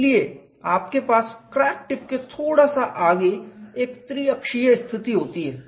इसलिए आपके पास क्रैक टिप के थोड़ा सा आगे एक त्रिअक्षीय स्थिति है